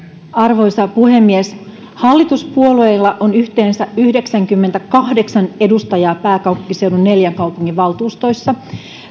arvoisa puhemies hallituspuolueilla on yhteensä yhdeksänkymmentäkahdeksan edustajaa pääkaupunkiseudun neljän kaupungin valtuustoissa